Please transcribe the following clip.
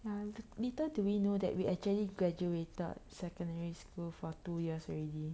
little do we know that we actually graduated secondary school for two years already